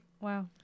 Wow